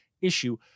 issue